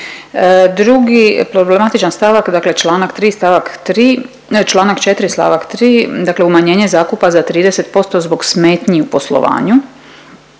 Drugi problematičan stavak, dakle čl. 3 st. 3, čl. 4 st. 3 dakle umanjenje zakupa za 30% zbog smetnji u poslovanju.